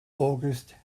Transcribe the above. august